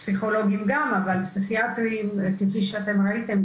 פסיכולוגים גם אבל פסיכיאטרים כפי שאתם ראיתם,